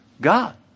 God